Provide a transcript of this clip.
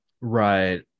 Right